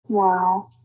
Wow